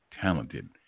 talented